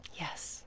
Yes